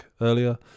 earlier